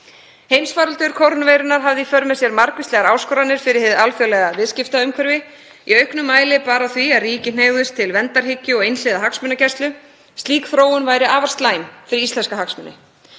Heimsfaraldur kórónaveirunnar hafði í för með sér margvíslegar áskoranir fyrir hið alþjóðlega viðskiptaumhverfi. Í auknum mæli bar á því að ríki hneigðust til verndarhyggju og einhliða hagsmunagæslu. Slík þróun væri afar slæm fyrir íslenska hagsmuni.